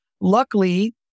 Luckily